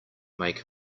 make